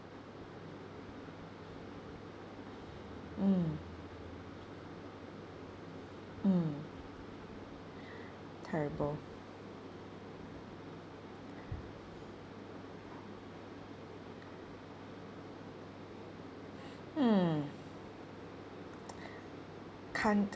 mm mm terrible mm can't